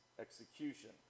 execution